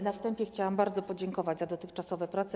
Na wstępie chciałam bardzo podziękować za dotychczasowe prace.